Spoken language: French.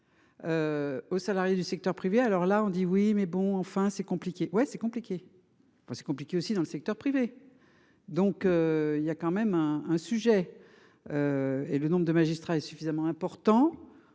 Aux salariés du secteur privé. Alors là on dit oui mais bon enfin c'est compliqué ouais c'est compliqué parce que c'est compliqué aussi dans le secteur privé. Donc. Il y a quand même un, un sujet. Et le nombre de magistrats est suffisamment important